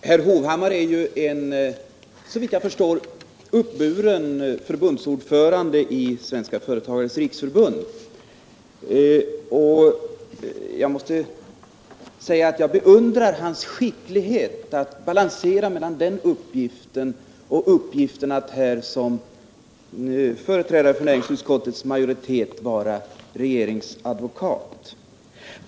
Herr talman! Erik Hovhammar är såvitt jag förstår en uppburen förbundsordförande i Svenska företagares riksförbund, och jag måste säga att jag beundrar hans skicklighet att balansera mellan den uppgiften och uppgiften att här såsom företrädare för näringsutskottets majoritet vara regeringens advokat.